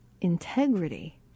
integrity